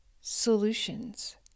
solutions